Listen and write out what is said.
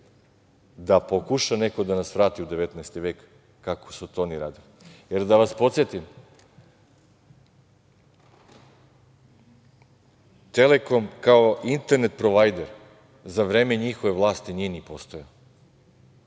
da pokuša neko da nas vrati u 19. vek kako su to oni radili. Da vas podsetim, „Telekom“ kao internet provajder za vreme njihove vlasti nije ni postojao.